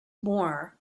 more